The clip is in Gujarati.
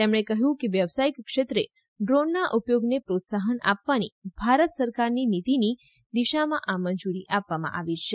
તેમણે કહ્યું કે વ્યાવસાયિક ક્ષેત્રે ડ્રોનના ઉપયોગને પ્રોત્સાહન આપવાની ભારત સરકારની નીતિની દિશામાં આ મંજૂરી આપવામાં આવી છે